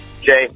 Jay